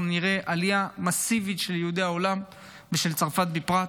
נראה עלייה מסיבית של יהודי העולם ומצרפת בפרט.